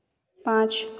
पाँच